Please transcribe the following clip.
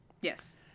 Yes